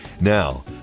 Now